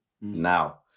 now